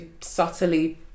subtly